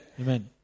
Amen